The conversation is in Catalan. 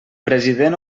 president